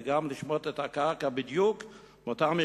וגם לשמוט את הקרקע בדיוק מתחת אותם